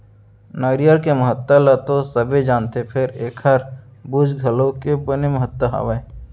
नरियर के महत्ता ल तो सबे जानथें फेर एकर बूच घलौ के बने महत्ता हावय